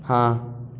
हाँ